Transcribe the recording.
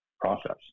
process